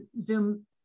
Zoom